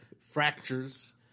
fractures